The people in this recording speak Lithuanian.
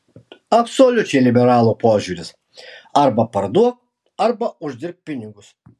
absoliučiai liberalų požiūris arba parduok arba uždirbk pinigus